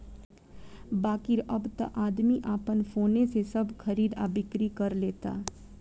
बाकिर अब त आदमी आपन फोने से सब खरीद आ बिक्री कर लेता